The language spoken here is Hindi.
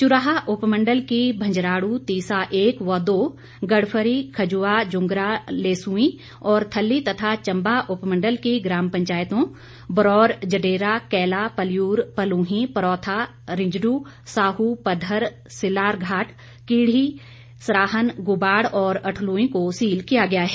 चुराह उप मण्डल की भंजराडू तीसा एक व दो गड़फरी खजुआ जुंगरा लेसूई और थल्ली तथा चम्बा उप मण्डल की ग्राम पंचायतों बरौर जडेरा कैला पलयूर पलूहीं परौथा रजिंडू साहु पधर सिल्लाघराट कीड़ी सराहन गुबाड़ और अठलुई को सील किया गया है